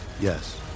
Yes